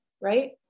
right